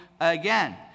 again